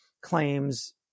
claims